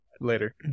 later